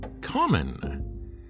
common